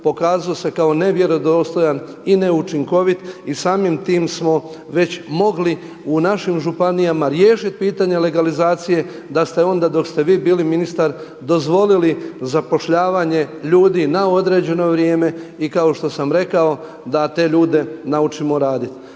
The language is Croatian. pokazao se kao nevjerodostojan i neučinkovit i samim tim smo već mogli u našim županijama riješiti pitanje legalizacije da ste onda dok ste vi bili ministar dozvolili zapošljavanje ljudi na određeno vrijeme. I kao što sam rekao da te ljude naučimo raditi.